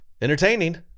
Entertaining